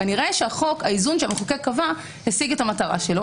כנראה שהאיזון שהמחוקק קבע השיג מטרתו.